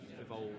evolve